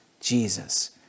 Jesus